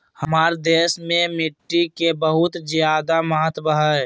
हमार देश में मिट्टी के बहुत जायदा महत्व हइ